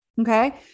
okay